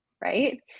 right